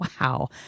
wow